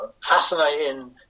fascinating